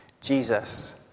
Jesus